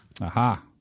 Aha